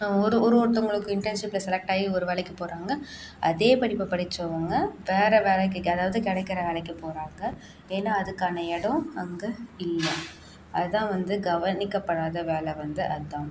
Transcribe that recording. ஒரு ஒரு ஒருத்தவங்களுக்கு இன்டர்ன்ஷிப்பில் செலெக்ட் ஆகி ஒரு வேலைக்கு போகறவங்க அதே படிப்பை படிச்சவங்க வேறு வேலைக்கு அதாவது கிடைக்கிற வேலைக்கு போகறாங்க ஏன்னா அதுக்கான இடம் அங்கே இல்லை அதான் வந்து கவனிக்கபடாத வேலை வந்து அதான்